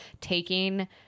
taking